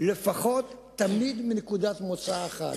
תמיד מנקודת מוצא אחת: